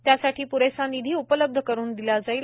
त्यासाठी प्रेसा निधी उपलब्ध करून दिला जाईल